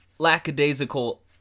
lackadaisical